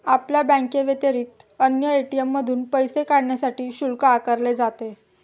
आपल्या बँकेव्यतिरिक्त अन्य ए.टी.एम मधून पैसे काढण्यासाठी शुल्क आकारले जाते